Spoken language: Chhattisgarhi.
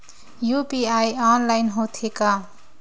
यू.पी.आई ऑनलाइन होथे का?